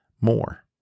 more